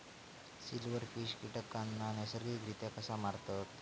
Silverfish कीटकांना नैसर्गिकरित्या कसा मारतत?